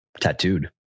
tattooed